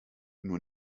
nur